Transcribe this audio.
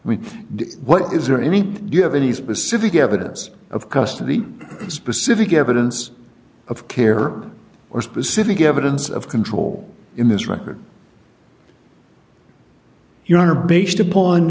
did what is there any do you have any specific evidence of custody specific evidence of care or specific evidence of control in this record your honor based upon